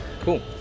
cool